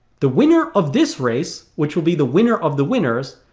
the winner of this race, which will be the winner of the winners,